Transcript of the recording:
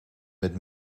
met